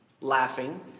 laughing